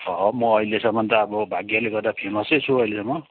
अँ म अहिलेसम्म त अब भाग्यले गर्दा फेमसै छु अहिलेसम्म